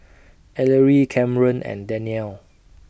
Ellery Camren and Danyell